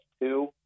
two